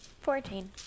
Fourteen